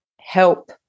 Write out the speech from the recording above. help